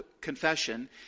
confession